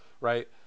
right